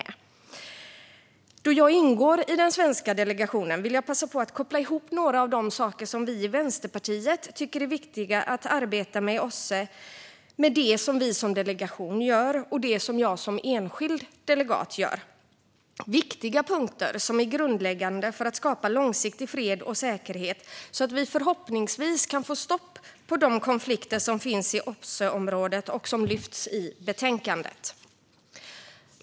Då jag ingår i den svenska delegationen vill jag passa på att koppla ihop några av de saker vi i Vänsterpartiet tycker är viktiga att arbeta med i OSSE med det vi som delegation gör och det jag som enskild delegat gör - viktiga punkter som är grundläggande för att skapa långsiktig fred och säkerhet så att vi förhoppningsvis kan få stopp på de konflikter som finns i OSSE-området, som lyfts i betänkandet.